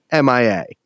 MIA